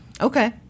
Okay